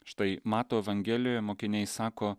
štai mato evangelijoje mokiniai sako